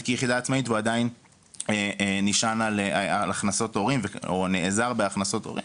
כיחידה עצמאית והוא עדיין נשען על הכנסות הורים או נעזר בהכנסות הורים.